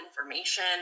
information